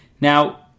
Now